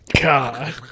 God